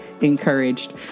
encouraged